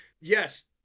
yes